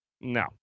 no